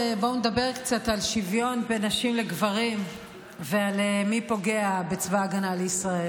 בואו נדבר קצת על שוויון בין נשים לגברים ומי פוגע בצבא ההגנה לישראל.